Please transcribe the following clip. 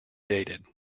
dated